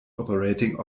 operating